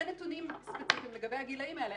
אין נתונים ספציפיים לגבי הגילאים האלה.